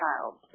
child